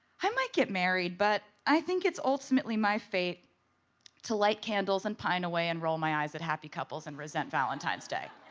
i might get married, but i think it's ultimately my fate to light candles and pine away and roll my eyes at happy couples and resent valentine's day.